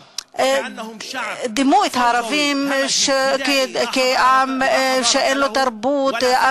שדימו את הערבים לעם שאין לו תרבות,